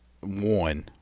one